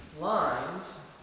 lines